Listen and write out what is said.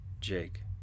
Jake